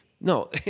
No